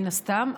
מן הסתם,